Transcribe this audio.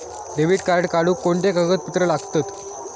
Debit card काढुक कोणते कागदपत्र लागतत?